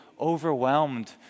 overwhelmed